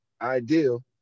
Ideal